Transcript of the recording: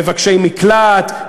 מבקשי מקלט,